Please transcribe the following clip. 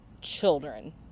children